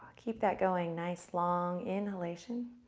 keep that going nice, long inhalation